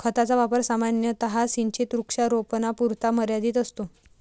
खताचा वापर सामान्यतः सिंचित वृक्षारोपणापुरता मर्यादित असतो